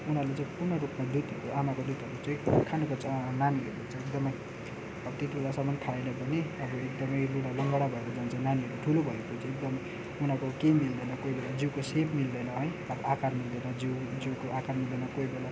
उनीहरूले चाहिँ पूर्ण रूपमा दुध आमाको दुधहरू चाहिँ एकदमै खानुपर्छ नानीहरूले चाहिँ एकदमै अब त्यति बेलासम्म खाएन भने अब एकदमै लुलालङ्गडा भएर जान्छ नानीहरू ठुलो भएपछि एकदम उनीहरूको केही मिल्दैन कोही बेला जिउको सेप मिल्दैन है अब आकार मिल्दैन जिउ जिउको आकार मिल्दैन कोही बेला